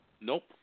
Nope